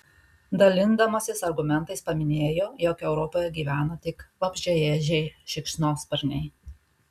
dalindamasis argumentais paminėjo jog europoje gyvena tik vabzdžiaėdžiai šikšnosparniai